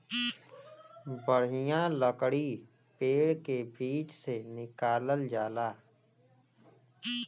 बढ़िया लकड़ी पेड़ के बीच से निकालल जाला